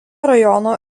rajono